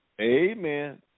amen